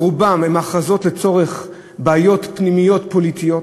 רובן הן הכרזות לצורך בעיות פנימיות פוליטיות,